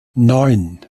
neun